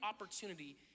opportunity